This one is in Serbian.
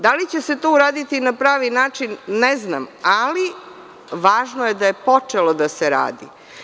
Da li će se to uraditi na pravi način, ne znam, ali važno je da je počelo da se radi?